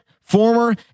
former